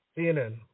CNN